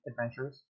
adventures